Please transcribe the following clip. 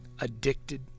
addicted